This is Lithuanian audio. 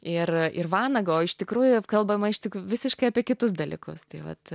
ir ir vanagą o iš tikrųjų kalbama iš tik visiškai apie kitus dalykus tai vat